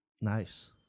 Nice